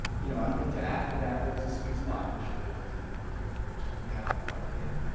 you know i think to add to that, there's a sweet spot which you're raising here which we haven't quite hit.